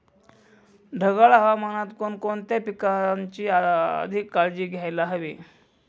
ढगाळ हवामानात कोणकोणत्या पिकांची अधिक काळजी घ्यायला हवी?